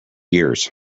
years